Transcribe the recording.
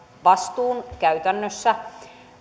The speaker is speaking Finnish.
vastuun käytännössä